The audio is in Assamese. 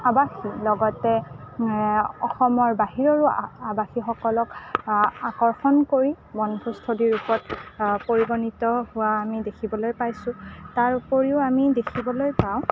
আৱাসী লগতে অসমৰ বাহিৰৰো আৱাসীসকলক আকৰ্ষণ কৰি বনভোজস্থলীৰূপত পৰিগণিত হোৱা আমি দেখিবলৈ পাইছোঁ তাৰ উপৰিও আমি দেখিবলৈ পাওঁ